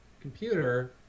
computer